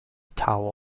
towel